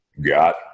got